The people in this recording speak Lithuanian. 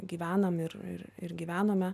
gyvenam ir ir ir gyvenome